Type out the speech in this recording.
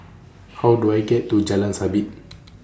How Do I get to Jalan Sabit